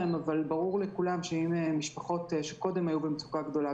אבל ברור לכולם שמשפחות שקודם היו במצוקה גדולה,